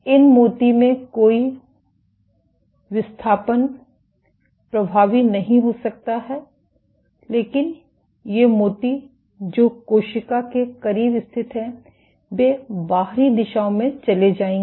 इन मोती में कोई विस्थापन प्रभावी नहीं हो सकता है लेकिन ये मोती जो कोशिका के करीब स्थित हैं वे बाहरी दिशाओं में चले जाएंगे